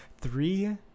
Three